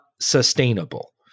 sustainable